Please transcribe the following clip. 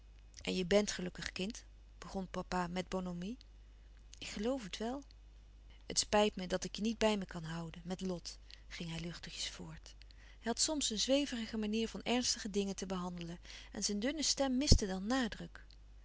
en je bént gelukkig kind begon grootpapa met bonhomie ik geloof het wel het spijt me dat ik je niet bij me kan houden met lot ging hij luchtigjes voort hij had soms een zweverige manier van ernstige dingen te behandelen en zijn dunne stem miste dan nadruk